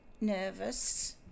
nervous